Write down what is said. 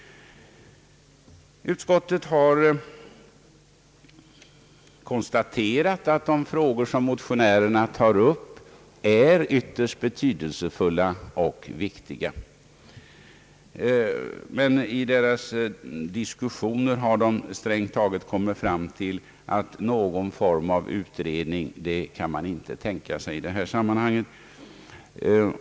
Utskottet har konstaterat att de frågor, som motionärerna tar upp, är ytterst betydelsefulla och viktiga, men utskottet har i sin diskussion strängt taget kommit fram till att någon form av utredning inte kan tänkas i detta sammanhang.